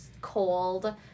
cold